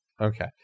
Okay